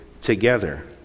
together